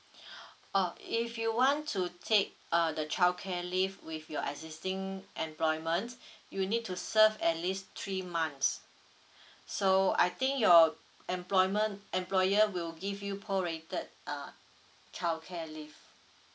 oh if you want to take uh the childcare leave with your existing employment you need to serve at least three months so I think your employment employer will give you prorated uh childcare leave